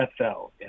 NFL